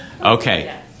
Okay